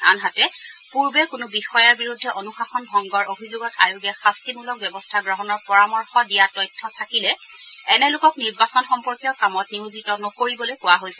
আনহাতে পূৰ্বে কোনো বিষয়াৰ বিৰুদ্ধে অনুশাসন ভংগৰ অভিযোগত আয়োগে শাস্তিমূলক ব্যৱস্থা গ্ৰহণৰ পৰামৰ্শ দিয়া তথ্য থাকিলে এনে লোকক নিৰ্বাচন সম্পৰ্কীয় কামত নিয়োজিত নকৰিবলৈ কোৱা হৈছে